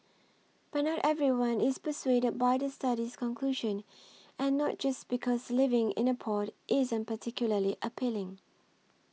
but not everyone is persuaded by the study's conclusion and not just because living in a pod isn't particularly appealing